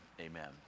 amen